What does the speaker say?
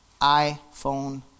iPhone